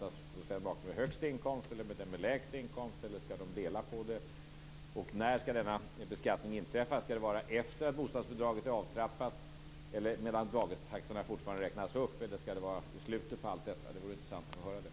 Är det maken med högsta inkomsten eller maken med den lägsta inkomsten, eller skall de dela på det? När skall denna beskattning inträffa? Skall det ske efter det att bostadsbidraget är avtrappat eller medan dagistaxorna fortfarande räknas upp, eller i slutet på allt detta? Det vore intressant att få höra det.